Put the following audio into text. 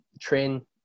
train